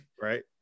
Right